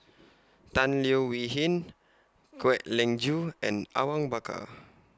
Tan Leo Wee Hin Kwek Leng Joo and Awang Bakar